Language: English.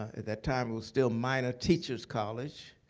at that time it was still minor teacher's college,